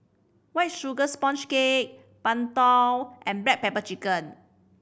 White Sugar Sponge Cake Png Tao and black pepper chicken